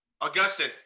Augustin